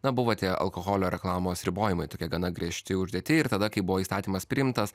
na buvo tie alkoholio reklamos ribojimai tokie gana griežti uždėti ir tada kai buvo įstatymas priimtas